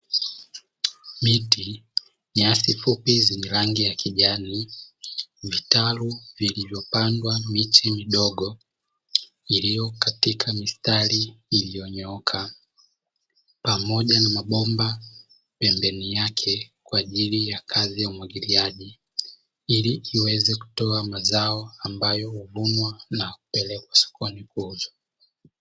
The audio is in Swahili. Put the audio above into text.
Miti, nyasi fupi zenye rangi ya kijani vitalu vilivyopandwa miche midogo iliyo katika mistari iliyonyooka pamoja na mabomba pembeni yake kwa ajili ya kazi ya umwagiliaji, ili iweze kutoa mazao kwa ambayo huvunwa na kupelekwa sokoni kuuzwa.